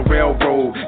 Railroad